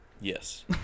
Yes